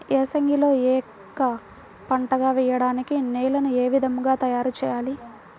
ఏసంగిలో ఏక పంటగ వెయడానికి నేలను ఏ విధముగా తయారుచేయాలి?